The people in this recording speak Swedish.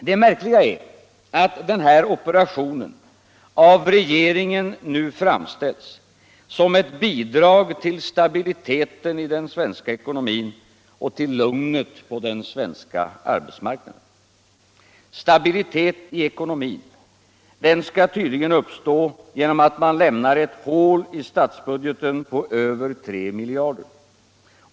Det märkliga är att den här operationen av regeringen framställs som ett bidrag till stabiliteten i den svenska ekonomin och till lugnet på den svenska arbetsmarknaden. Stabiliteten i ekonomin — den skall tydligen uppstå genom att man lämnar ett hål i statsbudgeten på över tre miljarder.